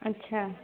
अच्छा